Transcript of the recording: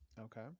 Okay